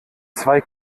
zwei